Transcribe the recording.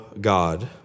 God